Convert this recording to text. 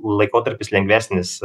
laikotarpis lengvesnis